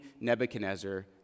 Nebuchadnezzar